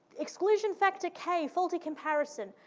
exclusion factor k, faulty comparison.